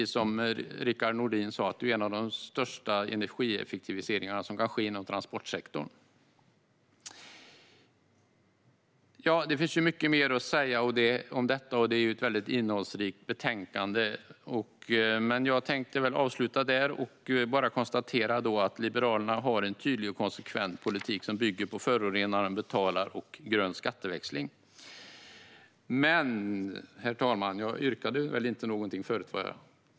Som Rickard Nordin sa är detta en av de största energieffektiviseringar som kan ske inom transportsektorn. Det finns mycket mer att säga om detta, och det är ett väldigt innehållsrikt betänkande. Jag kan bara konstatera att Liberalerna har en tydlig och konsekvent politik som bygger på att förorenaren betalar och på grön skatteväxling. Herr talman!